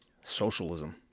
socialism